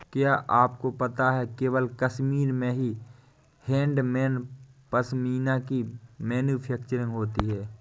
क्या आपको पता है केवल कश्मीर में ही हैंडमेड पश्मीना की मैन्युफैक्चरिंग होती है